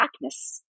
Blackness